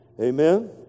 Amen